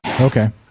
Okay